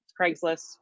Craigslist